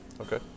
Okay